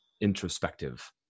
introspective